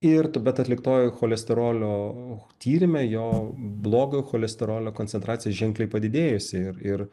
ir tu bet atliktoj cholesterolio tyrime jo blogo cholesterolio koncentracija ženkliai padidėjusi ir ir